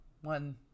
one